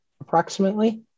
approximately